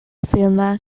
filma